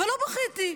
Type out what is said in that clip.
ולא בכיתי,